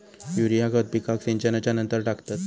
urea खत पिकात सिंचनच्या नंतर टाकतात